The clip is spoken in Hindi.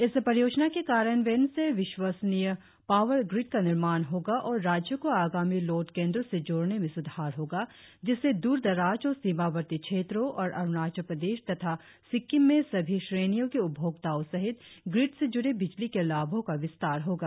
इस परियोजना के कार्यन्वयन से विशवसनीय पावर ग्रीड का निर्माण होगा और राज्यों को आगामी लोड केंद्रो से जोड़ने में स्धार होगा जिससे द्रदराज और सीमावर्ती क्षेत्रो और अरुणाचल प्रदेश तथा सिक्किम में सभी श्रेणियों के उपभोक्ताओं सहित ग्रिड से ज्ड़े बिजली के लाभों का विस्तार होगा